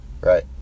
right